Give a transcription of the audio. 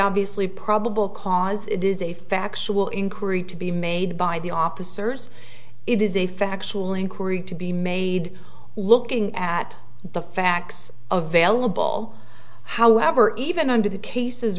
obviously probable cause it is a factual inquiry to be made by the officers it is a factual inquiry to be made looking at the facts available however even under the cases